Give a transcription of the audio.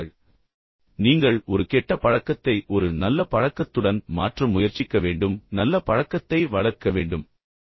நான் எடுத்துரைத்த மற்றொரு விஷயம் என்னவென்றால் நீங்கள் ஒரு கெட்ட பழக்கத்தை ஒரு நல்ல பழக்கத்துடன் மாற்ற முயற்சிக்க வேண்டும் மேலும் நல்ல பழக்கத்தை எவ்வாறு வளர்ப்பது என்று யோசிக்கவேண்டும்